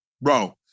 Bro